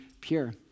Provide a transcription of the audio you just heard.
pure